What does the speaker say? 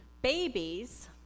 Babies